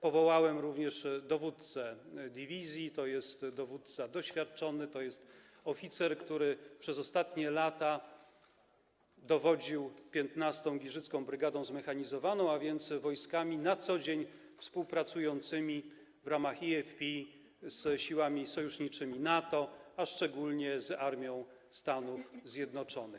Powołałem również dowódcę dywizji, to jest dowódca doświadczony, to jest oficer, który przez ostatnie lata dowodził 15. Giżycką Brygadą Zmechanizowaną, a więc wojskami na co dzień współpracującymi w ramach eFP z siłami sojuszniczymi NATO, a szczególnie z Armią Stanów Zjednoczonych.